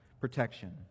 protection